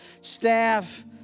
staff